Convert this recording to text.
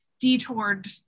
detoured